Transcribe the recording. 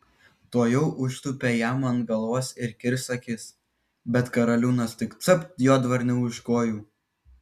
tuojau užtūpė jam ant galvos ir kirs akis bet karaliūnas tik capt juodvarnį už kojų